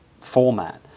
format